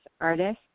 artist